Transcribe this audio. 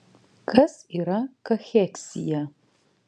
kas yra kacheksija